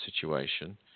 situation